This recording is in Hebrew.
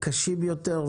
קשים יותר,